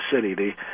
city